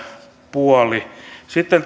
puoli sitten